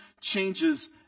changes